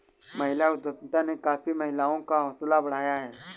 महिला उद्यमिता ने काफी महिलाओं का हौसला बढ़ाया है